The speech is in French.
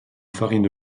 farine